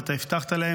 ואתה הבטחת להם,